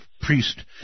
priest